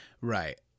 Right